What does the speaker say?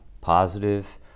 positive